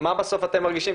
מה אתם מגישים.